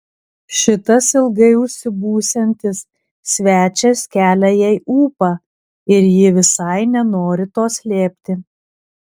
šitas ilgai užsibūsiantis svečias kelia jai ūpą ir ji visai nenori to slėpti